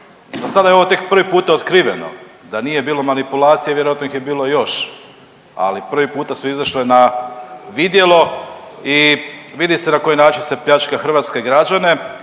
a sada je ovo tek prvi puta otkriveno da nije bilo manipulacije, vjerojatno ih je bilo još, ali prvi puta su izašle na vidjelo i vidi se na koji način se pljačka hrvatske građane,